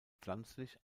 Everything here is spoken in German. pflanzlich